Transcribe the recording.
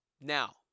Now